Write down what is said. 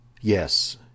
yes